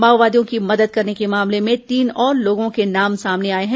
माओवादियों की मदद करने के मामले में तीन और लोगों के नाम सामने आए हैं